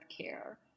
care